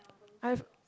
I have